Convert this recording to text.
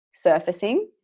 surfacing